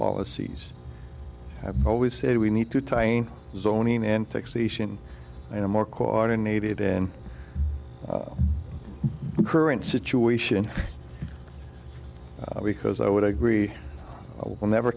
policies i've always said we need to tie in zoning and fixation and a more coordinated in the current situation because i would agree one never